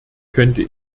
könnte